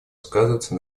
сказывается